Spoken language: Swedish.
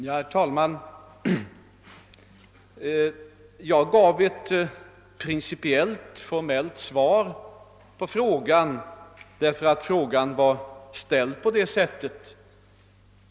Herr talman! Jag lämnade med hänsyn till frågans formulering ett principiellt och formellt svar.